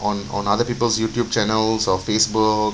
on on other people's YouTube channels or Facebook